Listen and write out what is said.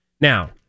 Now